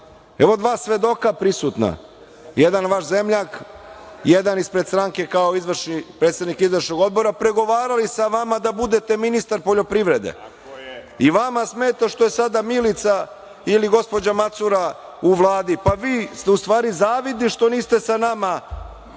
Evo dva svedoka prisutna, jedan je vaš zemljak, jedan ispred stranke kao izvršni predsednik izvršnog odbora, pregovarali sa vama da budete ministar poljoprivrede. I vama smeta što je sada Milica ili gospođa Macura u Vladi, pa vi ste u stvari zavidni što niste sa nama